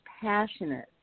passionate